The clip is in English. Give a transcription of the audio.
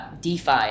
DeFi